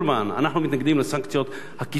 אנחנו מתנגדים לסנקציות הקיצוניות,